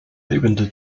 lebende